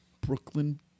Brooklyn